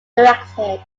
directed